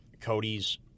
Cody's